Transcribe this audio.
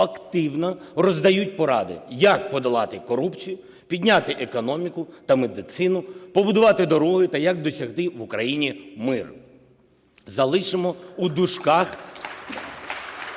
активно роздають поради, як подолати корупцію, підняти економіку та медицину, побудувати дороги та як досягти в Україні миру. Залишимо у дужках